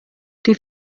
die